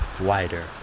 wider